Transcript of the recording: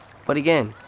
but again,